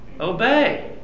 Obey